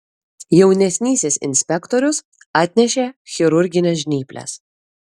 jaunesnysis inspektorius atnešė chirurgines žnyples